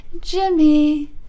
Jimmy